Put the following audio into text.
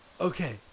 Okay